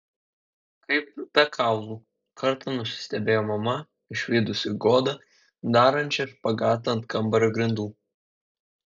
kaip be kaulų kartą nusistebėjo mama išvydusi godą darančią špagatą ant kambario grindų